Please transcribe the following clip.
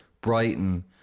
Brighton